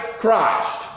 Christ